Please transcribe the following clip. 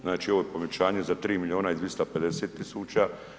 Znači ovo je povećanje za 3 milijuna i 250 tisuća.